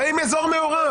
ועם אזור מעורב,